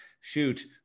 shoot